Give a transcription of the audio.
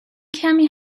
کمی